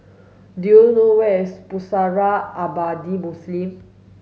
do you know where is Pusara Abadi Muslim